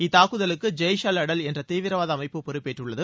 இந்த தாக்குதலுக்கு Jaish al Adl என்ற தீவிரவாத அமைப்பு பொறுப்பேற்றுள்ளது